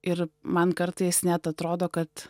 ir man kartais net atrodo kad